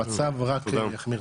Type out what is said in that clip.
המצב רק יחמיר.